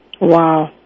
Wow